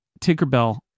Tinkerbell